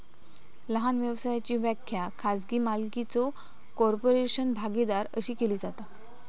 लहान व्यवसायाची व्याख्या खाजगी मालकीचो कॉर्पोरेशन, भागीदारी अशी केली जाता